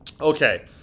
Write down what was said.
okay